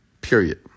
Period